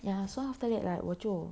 ya so after that like 我就